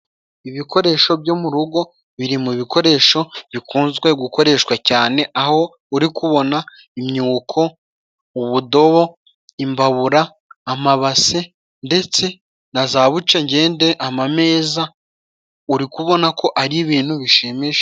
Ibikoresho byo mu rugo biri mu bikoresho bikunzwe gukoreshwa cyane aho uri kubona imyuko, ubudobo, imbabura, amabase ndetse na za bucengende, amameza, uri kubona ko ari ibintu bishimishije.